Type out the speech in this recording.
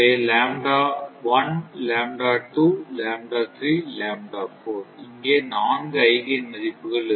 இங்கே நான்கு ஐகேன் மதிப்புகள் இருக்கும்